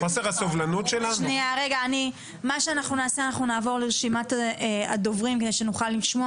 חוסר הסובלנות שלה --- נעבור לרשימת הדוברים כדי שנוכל לשמוע.